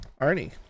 Arnie